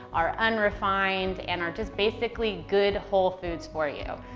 are unrefined, and are just basically good whole foods for you.